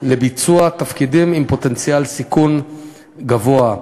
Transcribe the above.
לביצוע תפקידים עם פוטנציאל סיכון גבוה,